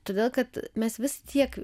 todėl kad mes vis tiek